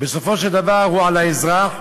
בסופו של דבר היא על האזרח,